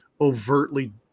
overtly